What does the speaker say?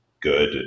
good